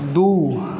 दू